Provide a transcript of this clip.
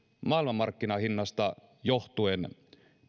maailmanmarkkinahinnasta johtuen